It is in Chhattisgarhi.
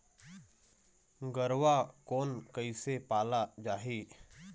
गरवा कोन कइसे पाला जाही?